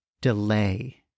delay